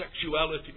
sexuality